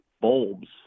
bulbs